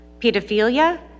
pedophilia